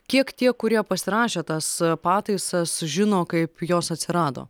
kiek tie kurie pasirašė tas pataisas žino kaip jos atsirado